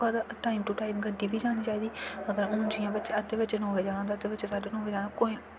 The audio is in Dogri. पर टाइम टू टाइम गड्डी बी जानी चाहिदी अगर हून जि'यां अद्धें बच्चें नौ बजे जाना होंदा अद्धें बच्चें साढे नौ बजे जाना